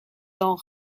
dans